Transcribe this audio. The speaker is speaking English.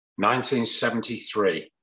1973